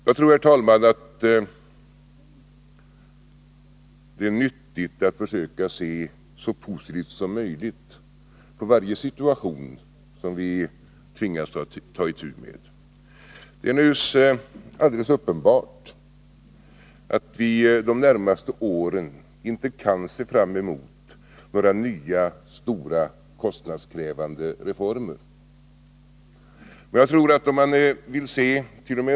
Jagtror, herr talman, att det är nyttigt att försöka se så positivt som möjligt på varje situation som vi tvingas att ta itu med. Det är alldeles uppenbart att vi de närmaste åren inte kan se fram emot några nya stora kostnadskrävande reformer. Men jag tror att man, om man vill set.o.m.